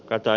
kata